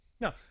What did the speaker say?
Now